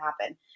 happen